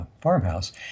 farmhouse